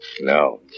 No